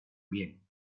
bien